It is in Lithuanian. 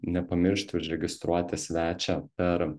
nepamiršti užregistruoti svečią per